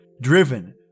driven